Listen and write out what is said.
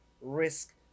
risk